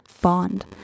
bond